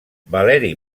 valeri